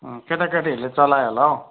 अँ केटाकेटीहरूले चलायो होला हौ